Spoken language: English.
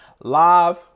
live